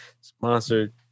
Sponsored